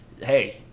Hey